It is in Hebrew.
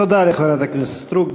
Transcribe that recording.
תודה לחברת הכנסת סטרוק.